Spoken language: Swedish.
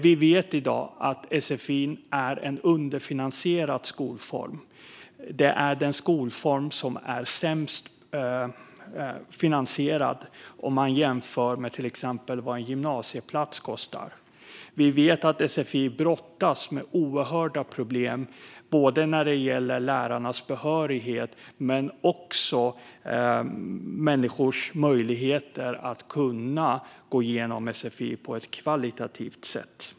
Vi vet också att sfi är en underfinansierad skolform - den skolform som är sämst finansierad om man jämför till exempel med vad en gymnasieplats kostar. Vi vet att sfi brottas med oerhörda problem när det gäller både lärarnas behörighet och människors möjligheter att gå igenom sfi på ett högkvalitativt sätt.